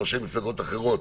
ראשי מפלגות אחרות,